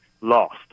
lost